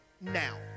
now